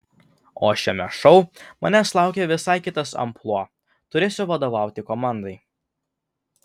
o šiame šou manęs laukia visai kitas amplua turėsiu vadovauti komandai